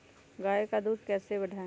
गाय का दूध कैसे बढ़ाये?